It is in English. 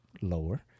lower